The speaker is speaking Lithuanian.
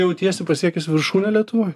jautiesi pasiekęs viršūnę lietuvoj